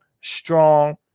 strong